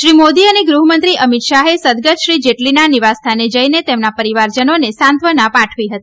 શ્રી મોદી અને ગૃહમંત્રી અમિત શાહે સદગત શ્રી જેટલીના નિવાસ સ્થાને જઇને તેમના પરિવારજનોને સાત્વંતા પાઠવી હતી